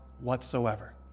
whatsoever